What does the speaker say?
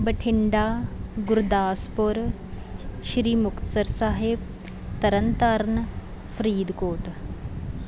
Bathinda Gurdaspur Sri Muktsar Sahib Tarn Taran Faridkot